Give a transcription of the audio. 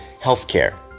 healthcare